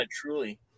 truly